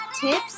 tips